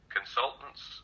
consultants